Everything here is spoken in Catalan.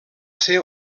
ser